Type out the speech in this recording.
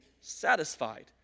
satisfied